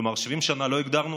כלומר 70 שנה לא הגדרנו,